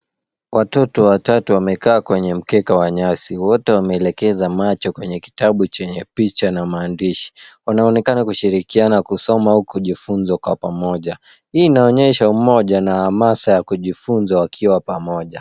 Watoto watatu wamekaa kwenye mkeka wa nyasi. Wote wameelekeza macho kwenye kitabu chenye picha na maandishi. Wanaonekana kushirikiana kusoma au kujifunza pamoja. Hii inaonyesha umoja na hamasa ya kujifunza wakiwa pamoja.